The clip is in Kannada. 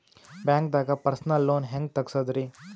ಬ್ಯಾಂಕ್ದಾಗ ಪರ್ಸನಲ್ ಲೋನ್ ಹೆಂಗ್ ತಗ್ಸದ್ರಿ?